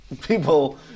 People